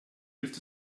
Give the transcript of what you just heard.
hilft